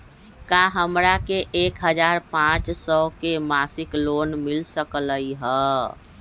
का हमरा के एक हजार पाँच सौ के मासिक लोन मिल सकलई ह?